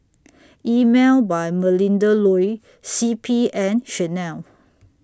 Emel By Melinda Looi C P and Chanel